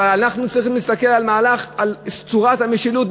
אבל אנחנו צריכים להסתכל על צורת המשילות.